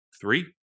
Three